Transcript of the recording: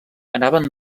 anaven